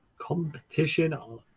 competition